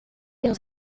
dans